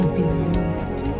believed